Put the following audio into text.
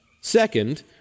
Second